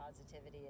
positivity